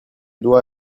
dois